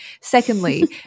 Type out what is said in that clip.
Secondly